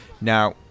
Now